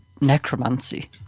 necromancy